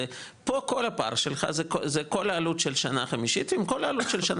ופה כל הפער שלך זה כל העלות של השנה